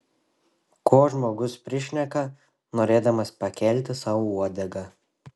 ko žmogus prišneka norėdamas pakelti sau uodegą